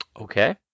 Okay